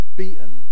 beaten